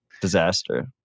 disaster